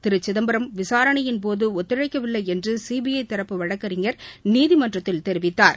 திரு சிதம்பரம் விசாரணையின்போது ஒத்துழைக்கவில்லை என்று சிபிஐ தரப்பு வழக்கறிஞர் நீதிமன்றத்தில் தெரிவித்தார்